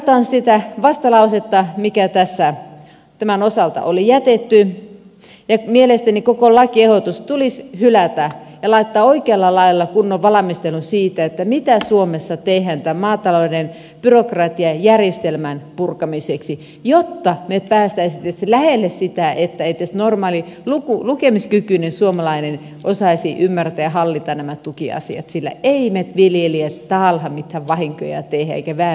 kannatan sitä vastalausetta mikä tässä tämän osalta oli jätetty ja mielestäni koko lakiehdotus tulisi hylätä ja laittaa oikealla lailla kunnon valmistelu siitä mitä suomessa tehtäisiin tämän maatalouden byrokratiajärjestelmän purkamiseksi jotta me pääsisimme lähelle sitä että edes normaali lukemiskykyinen suomalainen osaisi ymmärtää ja hallita nämä tukiasiat sillä emme me viljelijät tahallamme mitään vahinkoja ja vääryyksiä tee